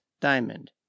diamond